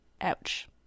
Ouch